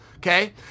Okay